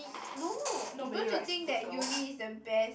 no don't you think that uni is the best